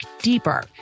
deeper